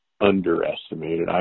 underestimated